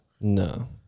No